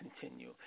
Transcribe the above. continue